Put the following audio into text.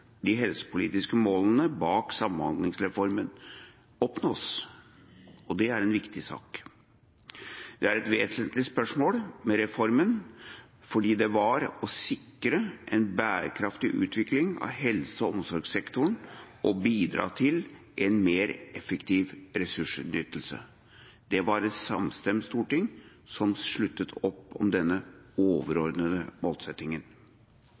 de helsepolitiske målene bak samhandlingsreformen oppnås. Og det er en viktig sak. Det er et vesentlig spørsmål, for målet med reformen var å sikre en bærekraftig utvikling av helse- og omsorgssektoren og bidra til en mer effektiv ressursutnyttelse. Det var et samstemt storting som sluttet opp om denne overordnede målsettingen.